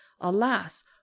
alas